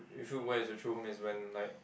you feel where is your true home is when like